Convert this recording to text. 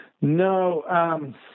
No